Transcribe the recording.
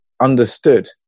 understood